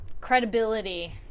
credibility